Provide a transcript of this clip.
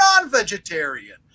non-vegetarian